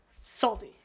Salty